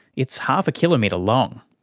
it's half a kilometre long.